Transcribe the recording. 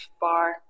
bar